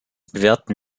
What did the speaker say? bewerten